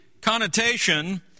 connotation